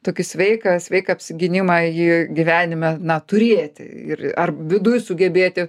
tokį sveiką sveiką apsigynimą jį gyvenime na turėti ir ar viduj sugebėti